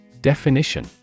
Definition